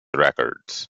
records